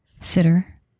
sitter